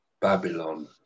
Babylon